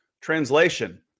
Translation